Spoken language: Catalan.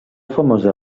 famosa